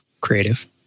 creative